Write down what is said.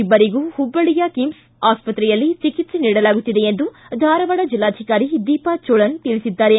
ಇಬ್ಬರಿಗೂ ಹುಬ್ಬಳ್ಳಿಯ ಕಿಮ್ಸ್ನಲ್ಲಿ ಚಿಕಿತ್ಸೆ ನೀಡಲಾಗುತ್ತಿದೆ ಎಂದು ಧಾರವಾಡ ಜಿಲ್ಲಾಧಿಕಾರಿ ದೀಪಾ ಚೋಳನ್ ತಿಳಿಸಿದ್ದಾರೆ